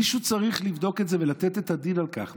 מישהו צריך לבדוק את זה ולתת את הדין על כך.